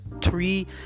three